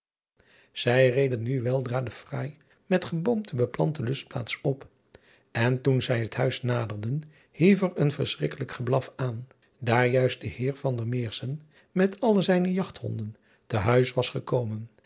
ij reden nu weldra de fraai met geboomte be driaan oosjes zn et leven van illegonda uisman plante lustplaats op en toen zij het huis naderden hief er een verschrikkelijk geblaf aan daar juist de eer met alle zijne jagthonden te huis was gekomen